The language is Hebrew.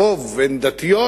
הרוב דתיות,